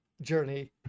journey